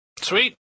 Sweet